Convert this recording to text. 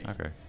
okay